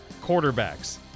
quarterbacks